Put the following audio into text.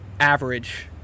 Average